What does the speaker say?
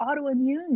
autoimmune